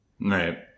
Right